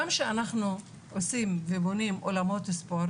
גם כשאנחנו עושים ובונים אולמות ספורט